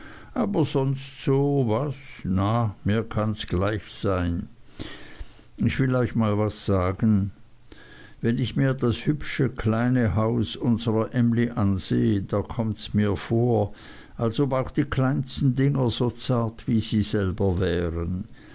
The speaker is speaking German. aber sonst so was na mir kanns gleich sein ich will euch mal was sagen wenn ich mir das hübsche kleine haus unserer emly ansehe da kommts mir vor als ob auch die kleinsten dinger so zart wie sie selber wären